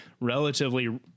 relatively